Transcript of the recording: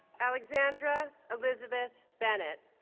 alexandra elizabeth bennett